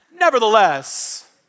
nevertheless